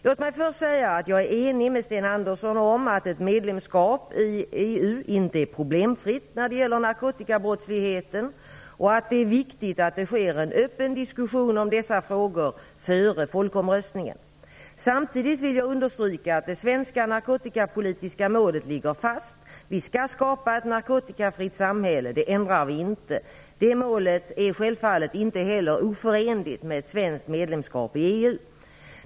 Låt mig först säga att jag är enig med Sten Andersson om att ett medlemskap i EU inte är problemfritt när det gäller narkotikabrottsligheten och att det är viktigt att det förs en öppen diskussion om dessa frågor före folkomröstningen. Samtidigt vill jag understryka att det svenska narkotikapolitiska målet ligger fast. Vi skall skapa ett narkotikafritt samhälIe! Det ändrar vi inte. Det målet är självfallet inte heller oförenligt med ett svenskt medlemskap i EU.